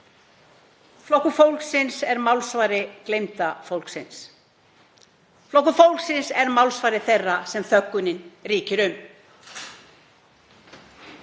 Flokkur fólksins er málsvari gleymda fólksins. Flokkur fólksins er málsvari þeirra sem þöggunin ríkir um.